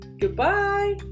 goodbye